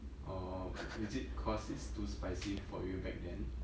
orh is it cause it's too spicy for you back then